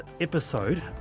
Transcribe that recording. episode